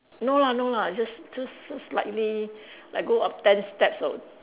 no lah no lah just just just slightly like go up ten steps or